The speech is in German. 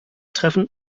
treffen